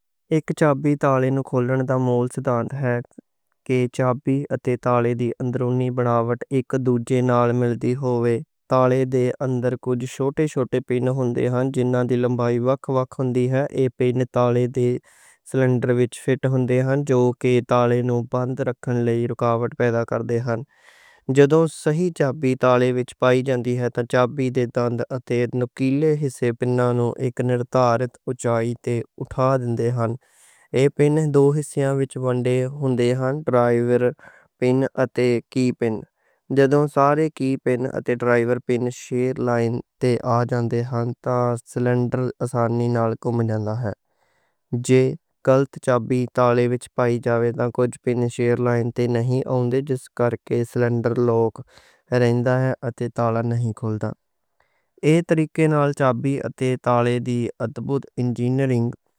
اک چابی تالے نوں کھولن دا مول سِدھانت ہے کہ چابی تالے دی اندرونی بناوٹ اک دوجھے نال ملدی ہووے۔ تالے دے اندر کچھ چھوٹے چھوٹے پن ہوندے ہن، جیہناں دی لمبائی وکھ وکھ ہوندی ہے۔ ایہہ پن تالے دے سلنڈر وچ فٹ ہوندے ہن جو کہ تالے نوں بند رکھن لئی رکاوٹ پیدا کردے ہن۔ جدوں صحیح چابی تالے وچ پائی جاندی ہے، تاں چابی دے دانت یعنی نوکیلے حصے پنّاں نوں اک نِردھارت اونچائی تے اٹھا دیندے ہن۔ ایہہ پن دو حصے وچ بندے ہوندے ہن: ڈرائیور پن اتے کی پن۔ جدوں سارے کی پن اتے ڈرائیور پن شیئر لائن تے آ جاندے ہن، تاں سلنڈر آسانی نال گھُم جاندا ہے۔ جدوں غلط چابی تالے وچ پائی جاوے، تاں کچھ پن شیئر لائن تے نہیں آندے، جس کرکے سلنڈر لاک رہندا ہے اتے تالا نہیں کھلدہ۔ ایہہ طریقے نال چابی اتے تالا دی ادبھُت انجینئرنگ۔